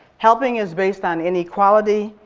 helping is based on inequality.